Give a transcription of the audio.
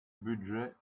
budgets